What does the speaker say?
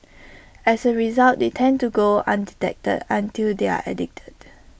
as A result they tend to go undetected until they are addicted